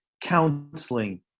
counseling